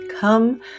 come